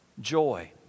joy